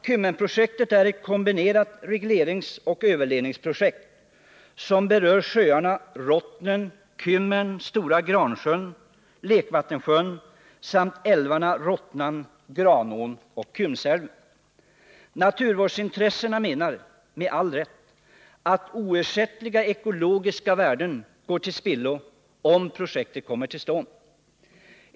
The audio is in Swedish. Kymmenprojektet är ett kombinerat regleringsoch överledningsprojekt, som berör sjöarna Rottnen, Kymmen, Stora Gransjön och Lekvattensjön samt älvarna Rottnan, Granån och Kymsälven. Naturvårdsintressena menar med all rätt att oersättliga ekologiska värden går till spillo om projektet kommer till stånd.